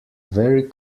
very